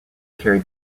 carried